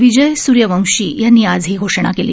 विजय सूर्यवंशी यांनी आज ही घोषणा केली